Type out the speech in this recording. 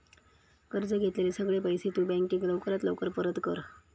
कर्ज घेतलेले सगळे पैशे तु बँकेक लवकरात लवकर परत कर